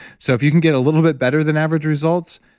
so if you can get a little bit better than average results,